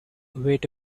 wait